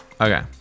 Okay